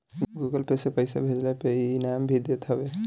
Google Pay से पईसा भेजला पे इ इनाम भी देत हवे